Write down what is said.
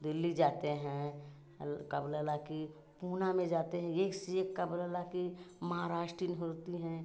दिल्ली जाते हैं और का बोला ला कि पूना में जाते हैं एक सेक का बोला ला कि महाराष्टिन होती हैं